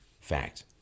fact